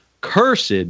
cursed